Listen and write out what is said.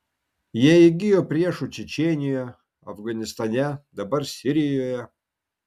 jie įgijo priešų čečėnijoje afganistane dabar sirijoje